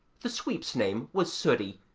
the sweep's name was sooty,